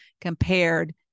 compared